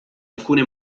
alcune